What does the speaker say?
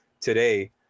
today